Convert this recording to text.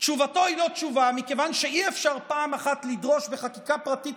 תשובתו היא לא תשובה מכיוון שאי-אפשר פעם אחת לדרוש בחקיקה פרטית